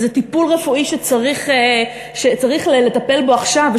איזה טיפול רפואי שצריך לטפל בו עכשיו,